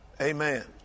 Amen